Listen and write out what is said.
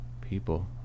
people